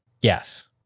Yes